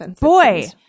boy